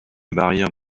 barrière